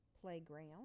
playground